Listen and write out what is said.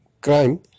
crime